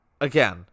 again